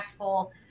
impactful